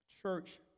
church